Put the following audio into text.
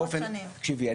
תקשיבי,